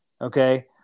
Okay